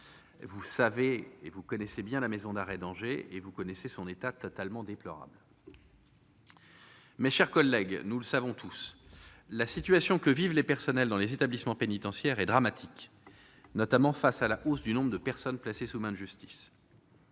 vous savez et vous connaissez bien la maison d'arrêt d'Angers et vous connaissez son état totalement déplorable. Mes chers collègues, nous le savons tous la situation que vivent les personnels dans les établissements pénitentiaires et dramatique, notamment face à la hausse du nombre de personnes placées sous main de justice